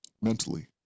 mentally